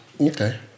Okay